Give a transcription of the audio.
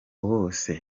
bose